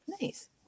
Nice